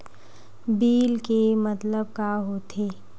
Bill के मतलब का होथे?